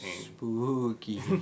Spooky